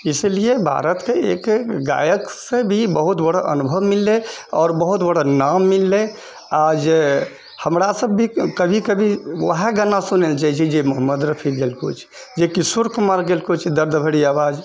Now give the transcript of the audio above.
इसीलिए भारत एक गायक से भी बहुत बड़ा अनुभव मिललए आओर बहुत बड़ा नाम मिललए आ जे हमरा सब भी कभी कभी ओएह गाना सुनए लऽ चाहए छिऐ जे मोहम्मद रफी गेलको छै जे किशोर कुमार गेलको छै किछु दर्द भरी आवाज